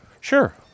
Sure